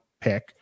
pick